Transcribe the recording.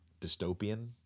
dystopian